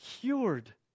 cured